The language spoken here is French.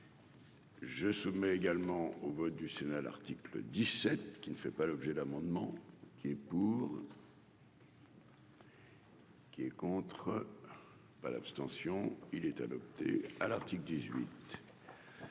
Je se met également au vote du Sénat, l'article 17 qui ne fait pas l'objet d'amendement qui est pour. Qui est contre pas l'abstention, il était adopté, à l'article